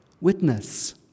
Witness